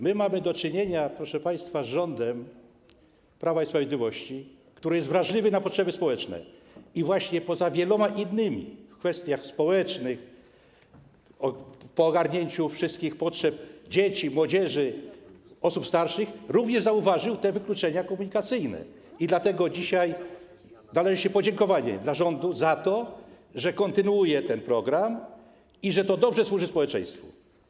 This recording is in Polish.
My mamy do czynienia, proszę państwa, z rządem Prawa i Sprawiedliwości, który jest wrażliwy na potrzeby społeczne i poza wieloma innymi kwestiami społecznymi, po ogarnięciu wszystkich potrzeb dzieci, młodzieży, osób starszych, również zauważył te wykluczenia komunikacyjne i dlatego dzisiaj należy się podziękowanie rządowi za to, że kontynuuje ten program i że to dobrze służy społeczeństwu.